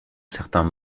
certains